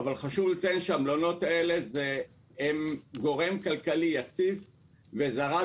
חשוב לציין שהמלונות האלה הם גורם כלכלי יציב וזרז